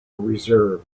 reserve